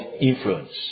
influence